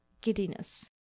giddiness